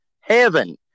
Heaven